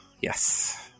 Yes